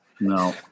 No